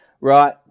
right